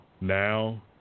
Now